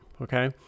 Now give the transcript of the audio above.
Okay